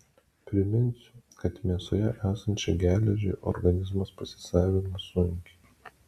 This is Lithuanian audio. priminsiu kad mėsoje esančią geležį organizmas pasisavina sunkiai